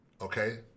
Okay